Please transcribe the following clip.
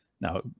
Now